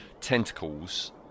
tentacles